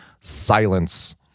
silence